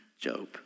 Job